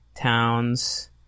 Towns